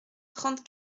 trente